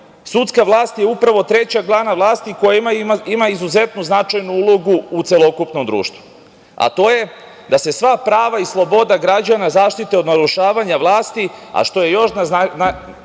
sudska vlast je upravo treća grana vlasti koja ima izuzetno značajnu ulogu u celokupnom društvu, a to je da se sva prava i sloboda građana zaštite od narušavanja vlasti, a što je još